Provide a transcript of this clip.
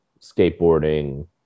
skateboarding